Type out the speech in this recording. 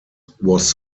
was